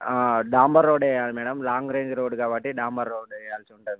డాంబర్ road వెయ్యాలి madam long range road కాబట్టి డాంబర్ రోడ్ వేయాల్సి ఉంటుంది మేడం